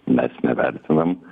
mes nevertinam